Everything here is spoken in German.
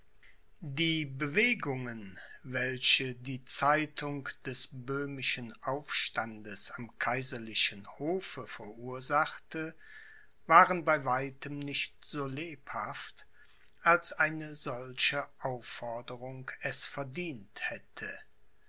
die bewegungen welche die zeitung des böhmischen aufstandes am kaiserlichen hofe verursachte waren bei weitem nicht so lebhaft als eine solche aufforderung es verdient hätte